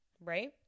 Right